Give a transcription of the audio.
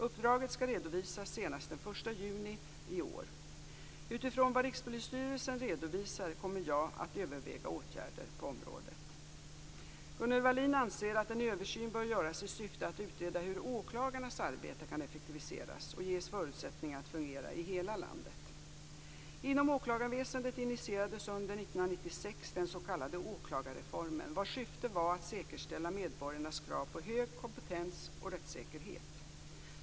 Uppdraget skall redovisas senast den 1 juni i år. Utifrån vad Rikspolisstyrelsen redovisar kommer jag att överväga åtgärder på området. Gunnel Wallin anser att en översyn bör göras i syfte att utreda hur åklagarnas arbete kan effektiviseras och ges förutsättningar att fungera i hela landet. Inom åklagarväsendet initierades under 1996 den s.k. åklagarreformen, vars syfte var att säkerställa medborgarnas krav på hög kompetens och rättssäkerhet.